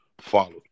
follow